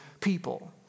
people